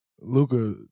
Luca